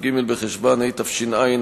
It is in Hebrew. כ"ג בחשוון התש"ע,